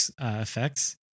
Effects